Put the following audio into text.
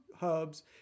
hubs